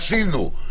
עשינו,